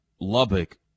Lubbock